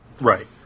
Right